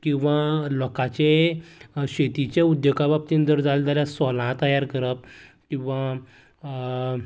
किंवां लोकांची शेतीचे उद्द्योगा बाबतींत जर जाले जाल्यार सोलां तयार करप किंवां